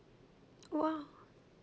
!wow!